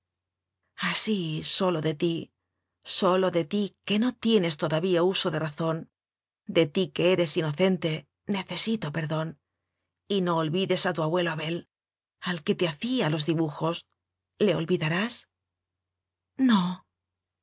así sólo de ti sólo de ti que no tienes todavía uso de razón de ti que eres inocente necesito perdón y no olvides a tu abuelo abel al que te hacía los dibujos le olvida rás no